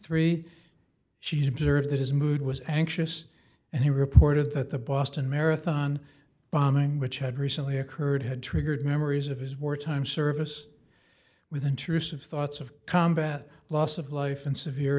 three she's observed that his mood was anxious and he reported that the boston marathon bombing which had recently occurred had triggered memories of his wartime service with intrusive thoughts of combat loss of life and severe